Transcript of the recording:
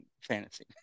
fantasy